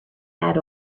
that